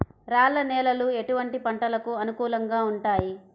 రాళ్ల నేలలు ఎటువంటి పంటలకు అనుకూలంగా ఉంటాయి?